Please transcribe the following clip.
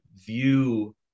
view